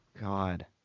God